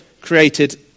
created